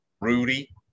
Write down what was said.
Rudy